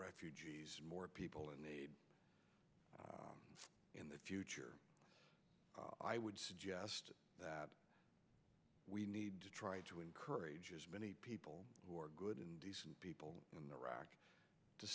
refugees more people in need in the future i would suggest that we need to try to encourage as many people who are good and decent people in iraq to